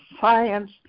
Science